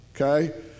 Okay